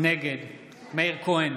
נגד מאיר כהן,